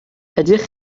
ydych